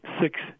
six